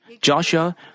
Joshua